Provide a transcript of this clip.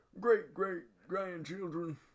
great-great-grandchildren